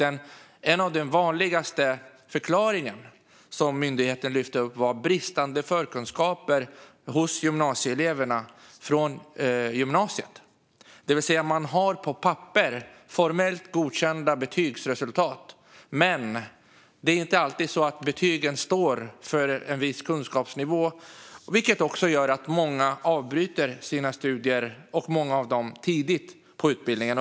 En av de vanligaste förklaringarna som myndigheten lyfte upp var bristande förkunskaper från gymnasiet hos studenterna. Man har alltså på papper formellt godkända betyg, men betygen står inte alltid för en viss kunskapsnivå. Det leder till att många avbryter sina studier. Och många gör det tidigt under utbildningen.